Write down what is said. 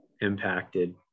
impacted